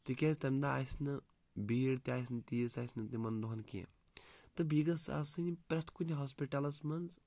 تِکیٛازِ تَمہِ دۄہ آسہِ نہٕ بھیٖڈ تہِ آسہِ نہٕ تیٖژ آسہِ نہٕ تِمَن دۄہَن کیٚنٛہہ تہٕ بیٚیہ گٔژھ آسٕنۍ پرٛٮ۪تھ کُنہِ ہاسپِٹَلَس منٛز